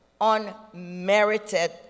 unmerited